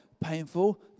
painful